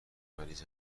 مریض